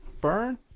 Burn